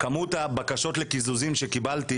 כמות הבקשות לקיזוזים שקיבלתי